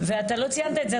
ואתה לא ציינת את זה,